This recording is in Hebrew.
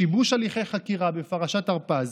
שיבוש הליכי חקירה בפרשת הרפז.